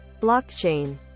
Blockchain